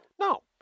No